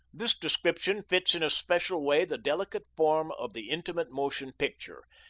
this description fits in a special way the delicate form of the intimate motion picture,